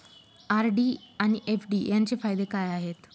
RD आणि FD यांचे फायदे काय आहेत?